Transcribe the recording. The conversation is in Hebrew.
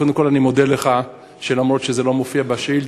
קודם כול אני מודה לך על כך שאף שזה לא מופיע בשאילתה,